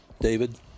David